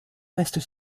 restent